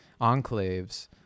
enclaves